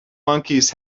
monkeys